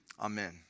Amen